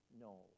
no